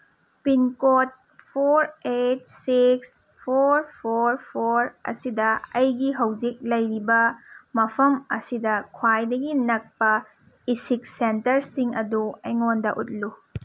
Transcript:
pincode four eight six four four four ꯑꯁꯤꯗ ꯑꯩꯒꯤ ꯍꯧꯖꯤꯛ ꯂꯩꯔꯤꯕ ꯃꯐꯝ ꯑꯁꯤꯗ ꯈ꯭ꯋꯥꯏꯗꯒꯤ ꯅꯛꯄ ꯏꯁꯤꯛ ꯁꯦꯟꯇꯔꯁꯤꯡ ꯑꯗꯨ ꯑꯩꯉꯣꯟꯗ ꯎꯠꯂꯨ